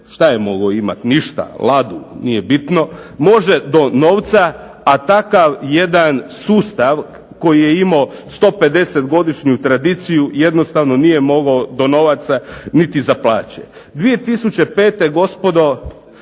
šta je mogao imati? Ništa. Ladu, nije bitno, može do novca a takav jedan sustav koji je imao 150 godišnju tradiciju jednostavno nije mogao do novaca niti za plaće. 2005. gospodo